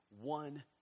one